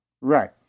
right